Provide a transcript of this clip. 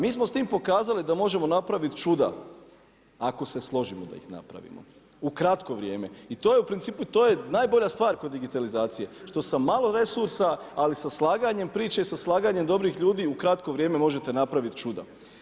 Mi smo s time pokazali da možemo napraviti čuda ako se složimo da ih napravimo u kratko vrijeme i to je najbolja stvar kod digitalizacije što sa malo resursa, ali sa slaganjem priče i sa slaganjem dobrih ljudi u kratko vrijeme možete napraviti čuda.